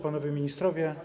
Panowie Ministrowie!